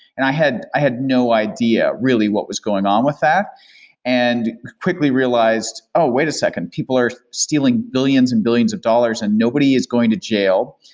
and i had i had no idea really what was going on with that and quickly realized, oh, wait a second. people are stealing billions and billions of dollars and nobody is going to jail.